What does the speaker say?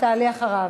תעלי אחריו.